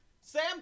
Sam